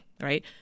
right